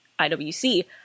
IWC